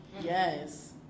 Yes